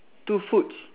two foods